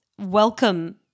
welcome